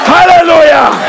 Hallelujah